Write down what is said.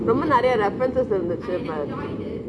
ரொம்ப நெரையா:rombe neraiyaa references இருந்துச்சி:irunthuchi but